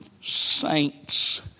saints